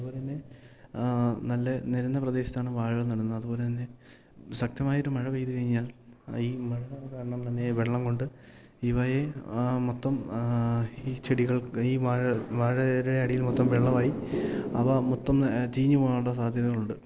അതുപോലെ തന്നെ നല്ല നിരന്ന പ്രദേശത്താണ് വാഴകൾ നടുന്നത് അതുപോലെ തന്നെ ശക്തമായ ഒരു മഴ പെയ്തു കഴിഞ്ഞാൽ ഈ മഴ കാരണം തന്നെ വെള്ളം കൊണ്ട് ഇവയെ മൊത്തം ഈ ചെടികൾ ഈ വാഴ വാഴയുടെ അടിയിൽ മൊത്തം വെള്ളവായി അവ മൊത്തം ചീഞ്ഞ് പോവാനുള്ള സാധ്യതകളുണ്ട്